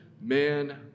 man